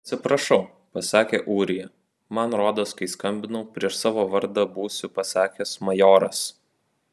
atsiprašau pasakė ūrija man rodos kai skambinau prieš savo vardą būsiu pasakęs majoras